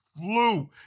flew